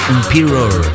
Imperial